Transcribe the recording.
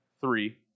Three